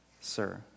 Sir